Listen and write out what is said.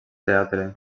teatre